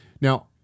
Now